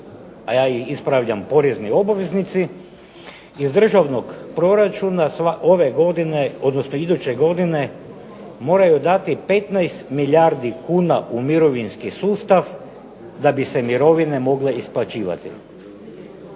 a ja ih ispravljam porezni obveznici, iz Državnog proračuna ove godine, odnosno iduće godine moraju dati 15 milijardi kuna u mirovinski sustav da bi se mirovine mogle isplaćivati.